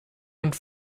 und